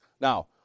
Now